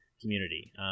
community